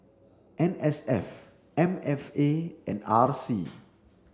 N S F M F A and R C